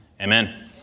Amen